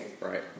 Right